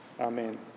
Amen